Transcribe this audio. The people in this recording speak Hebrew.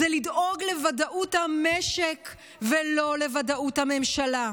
זה לדאוג לוודאות למשק ולא לוודאות לממשלה?